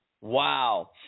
Wow